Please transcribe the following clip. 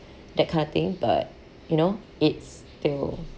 that kind of thing but you know it's still